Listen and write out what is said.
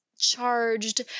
charged